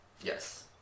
Yes